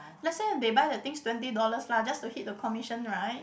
let's say they buy the things twenty dollars lah just to hit the commission right